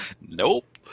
Nope